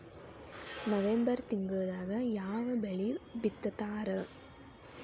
November ತಿಂಗಳದಾಗ ಯಾವ ಬೆಳಿ ಬಿತ್ತತಾರ?